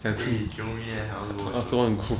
eh jio me leh I want to go